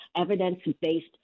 evidence-based